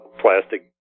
plastic